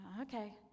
okay